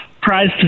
Prize